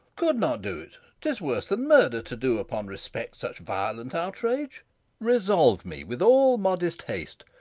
could not do't tis worse than murder, to do upon respect such violent outrage resolve me, with all modest haste,